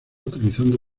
utilizando